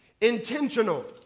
intentional